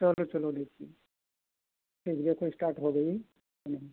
चलो चलो देखिए ठीक देखो इस्टार्ट हो गई है हाँ